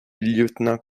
lieutenant